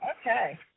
Okay